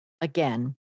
Again